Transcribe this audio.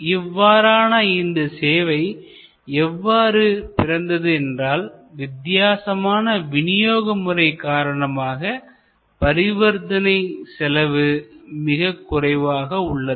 இவ்வாறான இந்த சேவை எவ்வாறு பிறந்தது என்றால் வித்தியாசமான விநியோக முறை காரணமாக பரிவர்த்தனை செலவு மிகக் குறைவாக உள்ளது